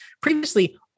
previously